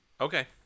okay